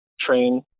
train